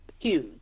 Huge